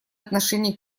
отношение